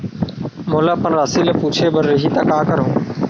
मोला अपन राशि ल पूछे बर रही त का करहूं?